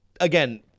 again